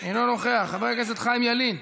אינו נוכח, חבר הכנסת חיים ילין,